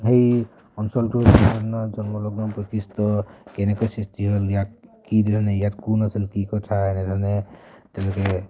সেই অঞ্চলটোৰ জন্ম জন্মলগ্ন বৈশিষ্ট্য কেনেকৈ সৃষ্টি হ'ল ইয়াত কি ধৰণে ইয়াত কোন নাছিল কি কথা এনেধৰণে তেওঁলোকে